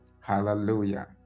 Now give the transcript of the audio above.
Hallelujah